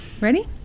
Ready